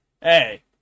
Hey